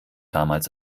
damals